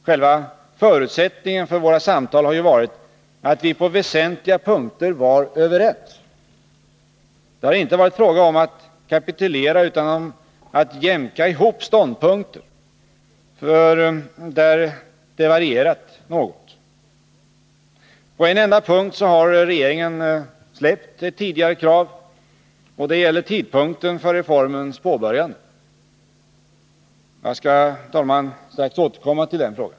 Själva tiska åtgärder tiska åtgärder förutsättningen för våra samtal har ju varit att vi på väsentliga punkter var överens. Det har inte varit fråga om att kapitulera utan om att jämka ihop ståndpunkter där de varierat något. På en enda punkt har regeringen släppt ett tidigare krav, och det gäller tidpunkten för reformens påbörjande. Jag skall strax återkomma till den frågan.